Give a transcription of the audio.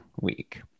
week